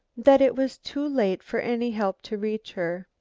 that it was too late for any help to reach her?